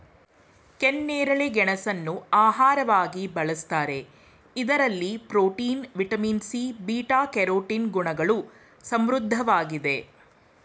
ಕೆನ್ನೇರಳೆ ಗೆಣಸನ್ನು ಆಹಾರವಾಗಿ ಬಳ್ಸತ್ತರೆ ಇದರಲ್ಲಿ protein, vitamin C, beta carotene ಗುಣಗಳು ಸಮೃದ್ಧವಾಗಿದೆ